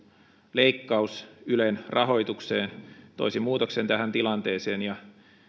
leikkaus ylen rahoitukseen toisi muutoksen tähän tilanteeseen ja